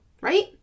right